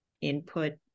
input